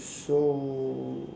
so